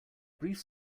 brief